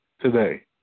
today